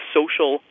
social